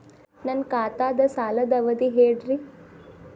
ನನ್ನ ಖಾತಾದ್ದ ಸಾಲದ್ ಅವಧಿ ಹೇಳ್ರಿ